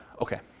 Okay